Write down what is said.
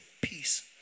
Peace